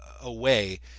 away